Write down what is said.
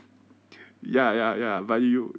ya ya ya but you